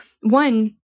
one